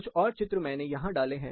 कुछ और चित्र मैंने यहां डाले हैं